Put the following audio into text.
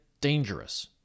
dangerous